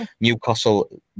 Newcastle